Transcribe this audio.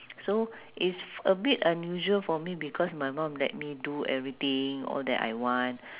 so it's a bit unusual for me because my mum let me do everything all that I want